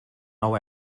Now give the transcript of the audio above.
nou